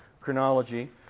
chronology